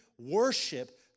worship